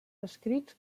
escrits